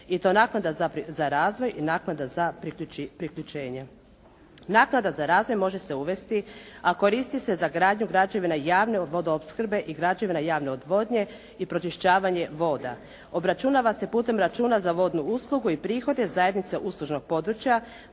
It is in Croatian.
i to naknada za razvoj i naknada za priključenje. Naknada za razvoj može se uvesti, a koristi se za gradnju građevina javne vodoopskrbe i građevina javne odvodnje i pročišćavanje voda. Obračunava se putem računa za vodnu uslugu i prihode zajednice uslužnog područja,